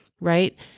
right